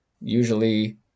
Usually